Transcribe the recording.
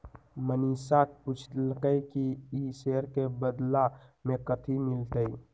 मनीषा पूछलई कि ई शेयर के बदला मे कथी मिलतई